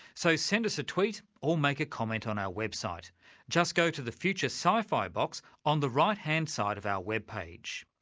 so send us a tweet or make a comment on our website website just go to the future scifi box on the right-hand side of our webpage.